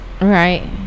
Right